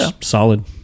solid